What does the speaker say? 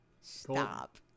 Stop